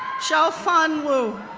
xiaofan wu,